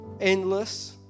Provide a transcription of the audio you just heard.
endless